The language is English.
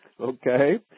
Okay